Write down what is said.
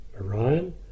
Orion